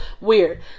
weird